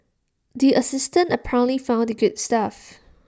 the assistant apparently found the good stuff